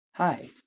Hi